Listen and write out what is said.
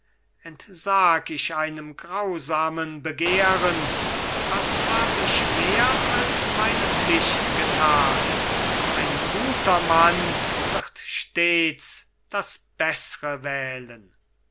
entsag ich einem grausamen begehren was hab ich mehr als meine pflicht gethan ein guter mann wird stets das beßre wählen